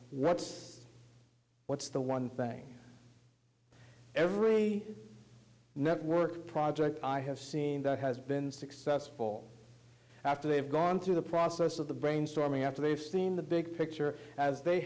friend what's the one thing every network project i have seen that has been successful after they've gone through the process of the brainstorming after they've seen the big picture as they